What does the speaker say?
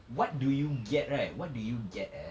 what do you get right what do you get eh